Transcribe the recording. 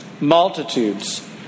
Multitudes